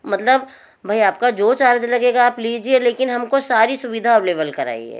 मतलब आपका जो चार्ज लगेगा आप लीजिए लेकिन हमको सारी सुविधा एवलेबल कराइए